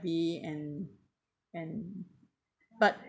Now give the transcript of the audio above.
~vy and and but